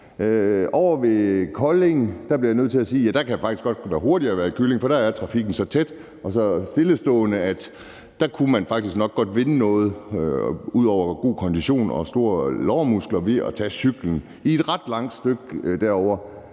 Ovre ved Kolding bliver jeg nødt til at sige, at det faktisk godt kunne være hurtigere at være Kyllingen, for der er trafikken så tæt og så stillestående, at man faktisk nok godt kunne vinde noget ud over god kondition og store lårmuskler ved at tage cyklen. Det gælder et ret langt stykke derovre.